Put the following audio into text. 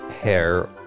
hair